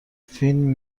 فین